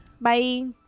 Bye